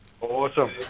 Awesome